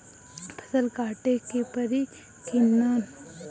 फसल काटे के परी कि न?